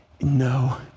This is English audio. no